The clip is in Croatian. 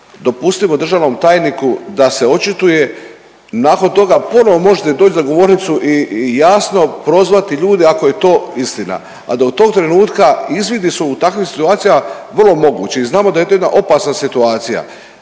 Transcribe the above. dopustimo državnom tajniku da se očituje, nakon toga ponovo možete doći za govornicu i jasno prozvati ljude ako je to istina, a do tog trenutka izvidi su u takvim situacijama vrlo mogući i znamo da je to jedna opasna situacija.